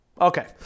Okay